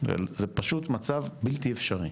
זה פשוט מצב בלתי אפשרי,